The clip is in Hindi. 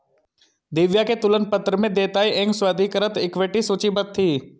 दिव्या के तुलन पत्र में देयताएं एवं स्वाधिकृत इक्विटी सूचीबद्ध थी